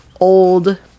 old